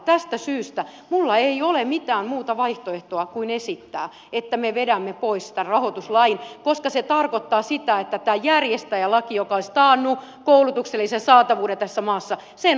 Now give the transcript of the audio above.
tästä syystä minulla ei ole mitään muuta vaihtoehtoa kuin esittää että me vedämme pois tämän rahoituslain koska se tarkoittaa sitä että tämän järjestäjälain joka olisi taannut koulutuksellisen saatavuuden tässä maassa oppositio kaatoi